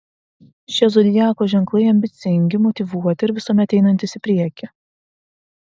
šie zodiako ženklai ambicingi motyvuoti ir visuomet einantys į priekį